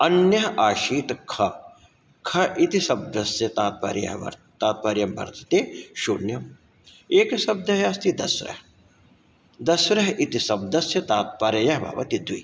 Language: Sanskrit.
अन्यः आसीत् ख ख इति शब्दस्य तात्पर्यं वर् तात्पर्यं वर्तते शून्यम् एकः शब्दः अस्ति दस्र दस्रः इति शब्दस्य तात्पर्यं भवति द्वि